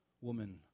woman